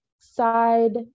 side